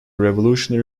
revolutionary